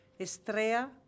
Estrea